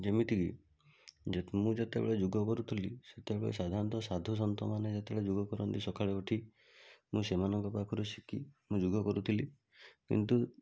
ଯେମିତି କି ମୁଁ ଯେତେବେଳେ ଯୋଗ କରୁଥିଲି ସେତେବେଳେ ସାଧାରଣତଃ ସାଧୁସନ୍ଥ ମାନେ ଯେତେବେଳେ ଯୋଗ କରନ୍ତି ସକାଳେ ଉଠି ମୁଁ ସେମାନଙ୍କ ପାଖରୁ ଶିଖି ମୁଁ ଯୋଗ କରୁଥିଲି କିନ୍ତୁ